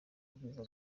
ibyiza